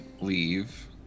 leave